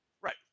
Right